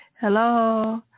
Hello